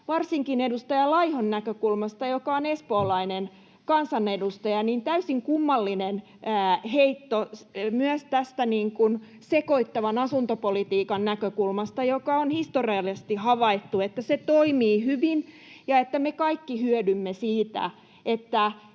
varsinkin edustaja Laiholta, joka on espoolainen kansanedustaja, täysin kummallinen heitto myös tästä sekoittavan asuntopolitiikan näkökulmasta, josta on historiallisesti havaittu, että se toimii hyvin ja että me kaikki hyödymme siitä,